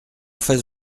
fasse